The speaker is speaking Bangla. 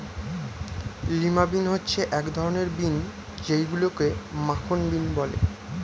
লিমা বিন হচ্ছে এক ধরনের বিন যেইগুলোকে মাখন বিন বলে